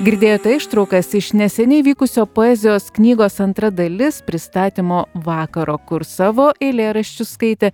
girdėjote ištraukas iš neseniai vykusio poezijos knygos antra dalis pristatymo vakaro kur savo eilėraščius skaitė